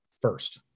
first